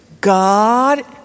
God